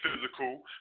physical